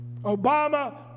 Obama